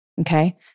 Okay